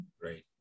Great